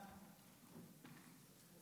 ההצעה להעביר את הצעת חוק הפטנטים (תיקון מס' 14)